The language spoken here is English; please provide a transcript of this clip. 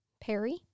Perry